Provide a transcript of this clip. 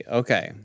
okay